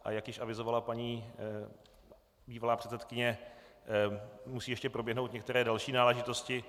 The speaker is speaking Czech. A jak už avizovala paní bývalá předsedkyně, musí ještě proběhnout některé další náležitosti.